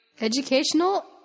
Educational